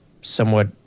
somewhat